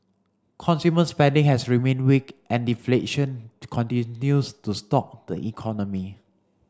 consumer spending has remained weak and deflation continues to stalk the economy